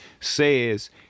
says